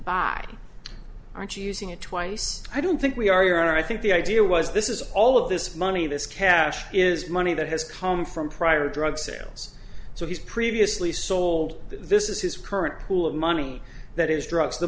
buy aren't using it twice i don't think we are you're i think the idea was this is all of this money this cash is money that has come from prior drug sales so he's previously sold this is his current pool of money that is drugs the